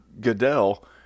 Goodell